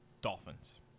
Dolphins